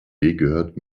gehört